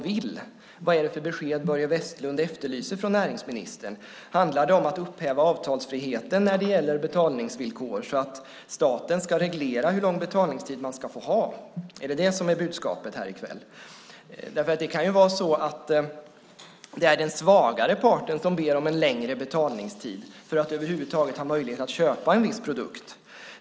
Vilket besked efterlyser Börje Vestlund från näringsministern? Handlar det om att upphäva avtalsfriheten när det gäller betalningsvillkor så att staten ska reglera hur lång betalningstid man ska få ha? Är det budskapet här i kväll? Det kan ju vara så att den svagare parten ber om en längre betalningstid för att över huvud taget ha möjlighet att köpa en viss produkt.